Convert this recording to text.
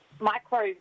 Micro